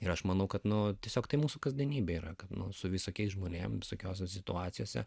ir aš manau kad nu tiesiog tai mūsų kasdienybė yra kad su visokiais žmonėm visokiose situacijose